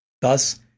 Thus